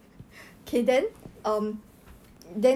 err but maybe he will treat his girlfriend differently like